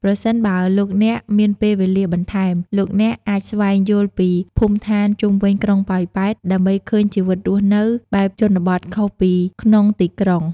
ប្រសិនបើលោកអ្នកមានពេលវេលាបន្ថែម លោកអ្នកអាចស្វែងយល់ពី ភូមិឋានជុំវិញក្រុងប៉ោយប៉ែត ដើម្បីឃើញជីវិតរស់នៅបែបជនបទខុសពីក្នុងទីក្រុង។